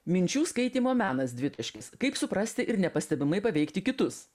minčių skaitymo menas dvitaškis kaip suprasti ir nepastebimai paveikti kitus